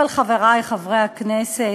אבל, חברי חברי הכנסת,